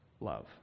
love